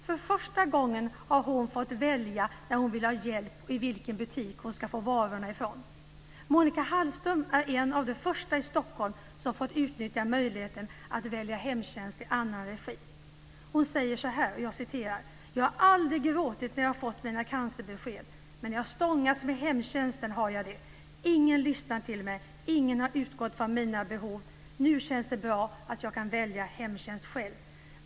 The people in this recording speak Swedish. För första gången har hon fått välja när hon vill ha hjälp och vilken butik hon ska få varorna ifrån. Monica Hallström är en av de första i Stockholm som har fått utnyttja möjligheten att välja hemtjänst i annan regi. Hon säger: "Jag har aldrig gråtit när jag har fått mina cancerbesked, men när jag stångats med hemtjänsten har jag det. Ingen har lyssnat till mig. Ingen har utgått från mina behov. Nu känns det mycket bra att kunna välja hemtjänst själv."